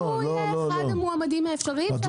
הוא יהיה אחד המועמדים האפשריים.